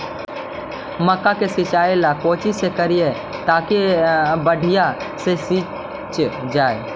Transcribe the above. मक्का के सिंचाई ला कोची से करिए ताकी बढ़िया से सींच जाय?